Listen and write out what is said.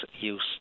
use